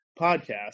podcast